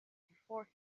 before